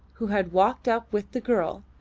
who had walked up with the girl,